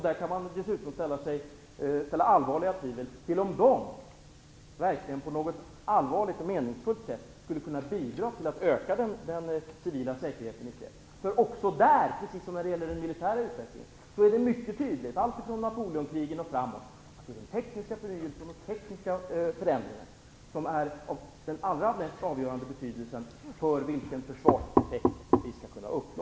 Man kan dessutom ha allvarliga tvivel om de verkligen på ett meningsfullt sätt skulle bidra till att öka den civila säkerheten i fred. Precis som när det gäller den militära utvecklingen är det här mycket tydligt alltifrån Napoleonkrigen och framåt att det är den tekniska förnyelsen och förändringen som har den allra mest avgörande betydelsen för vilken försvarseffekt vi skall kunna uppnå.